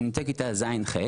בכיתה ז'-ח'